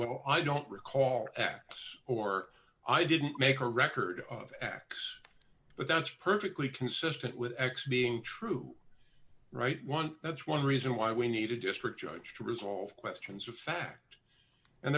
well i don't recall x or i didn't make a record of x but that's perfectly consistent with x being true right one that's one reason why we need a district judge to resolve questions of fact and